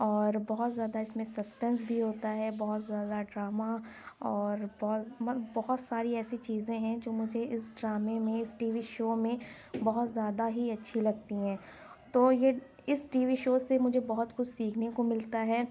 اور بہت زیادہ اِس میں سسپینس بھی ہوتا ہے بہت زیادہ ڈرامہ اور بہت بہت ساری ایسی چیزیں ہیں جو مجھے اِس ڈرامے میں اِس ٹی وی شو میں بہت زیادہ ہی اچھی لگتی ہیں تو یہ اِس ٹی وی شو سے مجھے بہت کچھ سیکھنے کو ملتا ہے